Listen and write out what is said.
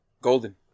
golden